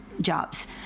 jobs